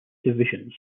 divisions